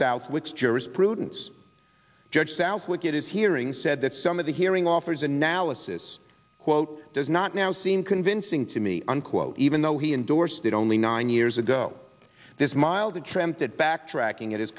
southwick jurisprudence judge southwick it is hearing said that some of the hearing offers analysis quote does not now seem convincing to me unquote even though he endorsed it only nine years ago this mild a tramp that backtracking at his